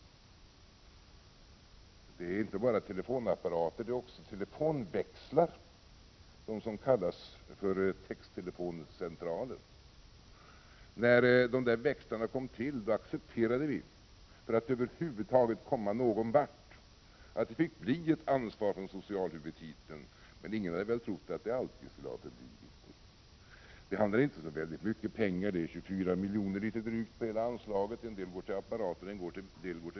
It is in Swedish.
Det är inte bara telefonapparater — det är också telefonväxlar, de som kallas för texttelefoncentraler. När de växlarna kom till accepterade vi — för att över huvud taget komma någon vart — att det fick bli ett anslag under socialhuvudtiteln, men ingen hade väl trott att det alltid skulle förbli det. Det handlar inte om så väldigt mycket pengar — det är litet drygt 24 miljoner på hela anslaget.